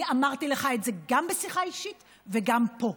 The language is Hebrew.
אני אמרתי לך את זה גם בשיחה אישית וגם פה.